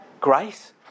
Grace